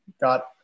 got